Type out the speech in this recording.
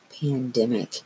pandemic